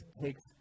takes